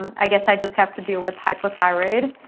i guess i just have to deal with hypothyroid.